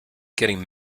getting